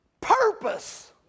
purpose